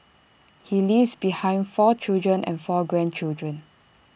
he leaves behind four children and four grandchildren